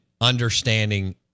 understanding